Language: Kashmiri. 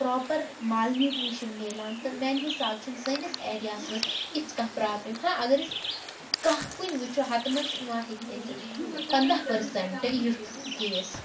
پرٛاپَر مالنیوٗٹِرٛشَن مِلان تہٕ میٛانہِ حِساب چھِنہٕ سٲنِس ایریاہَس منٛز اِژھ کانٛہہ پرٛابلِم ہاں اگر أسۍ کانٛہہ کُنہِ وٕچھو ہَتہٕ منٛز ہیٚکہِ گٔژھِتھ پَنٛداہ پٔرسَنٛٹہٕ یُتھ کیس